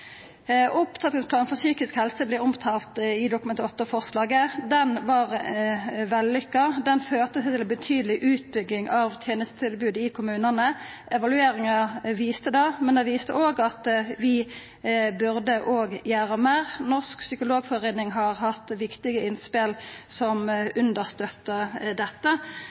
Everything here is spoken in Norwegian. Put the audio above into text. Opptrappingsplanen for psykisk helse vert omtalt i Dokument 8-forslaget. Planen var vellykka og førte til ei betydeleg utbygging av tenestetilbodet i kommunane. Evalueringa viste det, men ho viste òg at vi burde gjera meir. Norsk psykologforening har kome med viktige innspel som